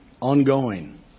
ongoing